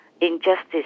injustice